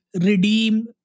redeem